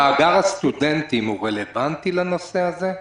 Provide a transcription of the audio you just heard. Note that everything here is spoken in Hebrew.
מאגר הסטודנטים הוא רלוונטי לנושא הזה?